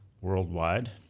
worldwide